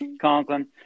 Conklin